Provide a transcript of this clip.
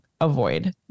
avoid